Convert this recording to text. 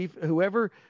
Whoever